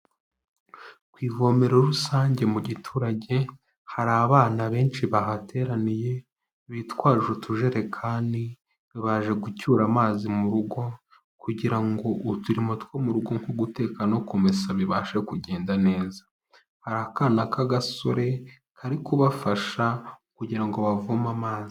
Ku ivomero rusange mu giturage hari abana benshi bahateraniye bitwaje utujerekani baje gucyura amazi mu rugo kugira ngo uturimo two mu rugo nko guteka no kumesa bibashe kugenda neza hari akana k'agasore kari kubafasha kugira ngo bavome amazi.